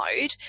mode